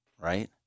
right